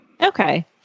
Okay